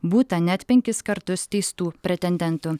būta net penkis kartus teistų pretendentų